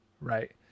right